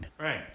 Right